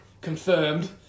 confirmed